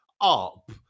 up